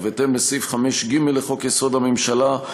ובהתאם לסעיף 5(ג) לחוק-יסוד: הממשלה,